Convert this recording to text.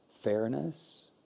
fairness